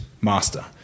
master